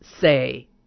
say